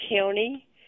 county